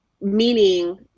meaning